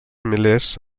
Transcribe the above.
milers